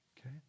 Okay